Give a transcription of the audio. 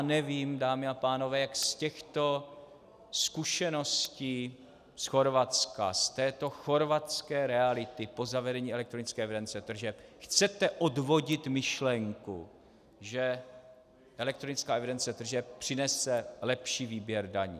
Nevím, dámy a pánové, jak z těchto zkušeností z Chorvatska, z této chorvatské reality po zavedení elektronické evidence tržeb, chcete odvodit myšlenku, že elektronická evidence tržeb přinese lepší výběr daní.